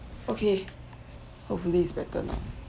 okay hopefully it's better now